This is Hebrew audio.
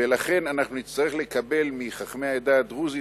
ולכן אנחנו נצטרך לקבל מחכמי העדה הדרוזית,